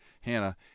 Hannah